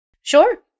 Sure